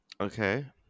Okay